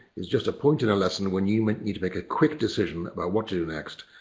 it's just a point in a lesson when you might need to make a quick decision about what to do next.